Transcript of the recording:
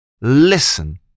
Listen